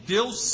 Deus